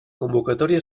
convocatòria